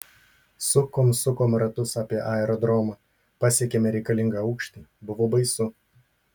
sukom sukom ratus apie aerodromą pasiekėme reikalingą aukštį buvo baisu